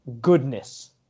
goodness